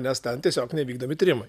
nes ten tiesiog nevykdomi tyrimai